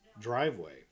driveway